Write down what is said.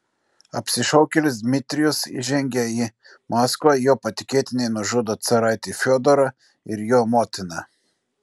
apsišaukėlis dmitrijus įžengia į maskvą jo patikėtiniai nužudo caraitį fiodorą ir jo motiną